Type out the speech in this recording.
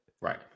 Right